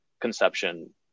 conception